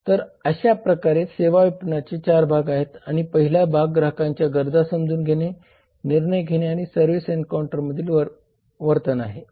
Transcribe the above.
तर अशा प्रकारे सेवा विपणनाचे 4 भाग आहेत आणि पहिला भाग ग्राहकांच्या गरजा समजून घेणे निर्णय घेणे आणि सर्विस एन्काऊंटर मधील वर्तन आहे